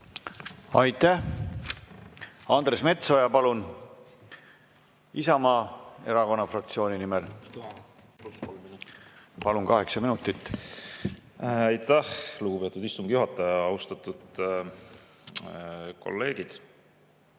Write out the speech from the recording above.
Aitäh! Andres Metsoja, palun, Isamaa Erakonna fraktsiooni nimel! Palun, kaheksa minutit! Lugupeetud istungi juhataja! Austatud kolleegid!